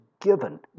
given